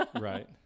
Right